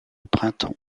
printemps